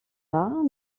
rares